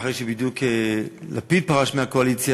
בדיוק אחרי שלפיד פרש מהקואליציה,